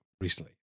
recently